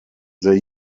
there